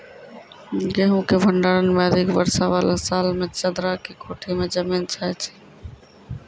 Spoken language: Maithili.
गेहूँ के भंडारण मे अधिक वर्षा वाला साल मे चदरा के कोठी मे जमीन जाय छैय?